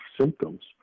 symptoms